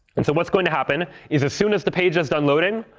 and so what's going to happen is as soon as the page is done loading,